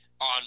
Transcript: on